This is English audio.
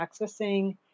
accessing